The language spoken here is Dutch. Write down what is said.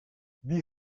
wie